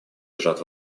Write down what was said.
лежат